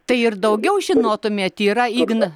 tai ir daugiau žinotumėte yra igna